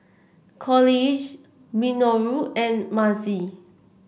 Coolidge Minoru and Mazie